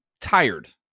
tired